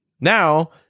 Now